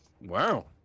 Wow